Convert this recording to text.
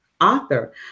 author